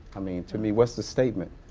i mean to me, what's the statement?